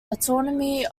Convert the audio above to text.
autonomy